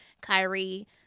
Kyrie